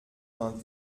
vingt